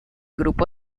grupo